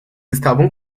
estavam